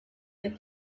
that